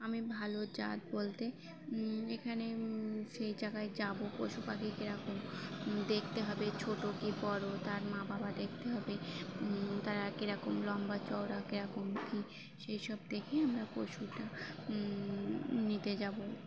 আমি ভালো জাত বলতে এখানে সেই জায়গায় যাবো পশু পাখি কীরকম দেখতে হবে ছোট কী বড় তার মা বাবা দেখতে হবে তারা কীরকম লম্বা চওড়া কীরকম কী সেই সব দেখে আমরা পশুটা নিতে যাবো